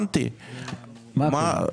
מה עקום?